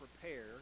prepare